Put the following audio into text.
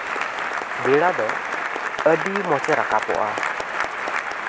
ᱵᱮᱲᱟ ᱫᱚ ᱟᱹᱰᱤ ᱢᱚᱡᱮ ᱨᱟᱠᱟᱵᱚᱜᱼᱟ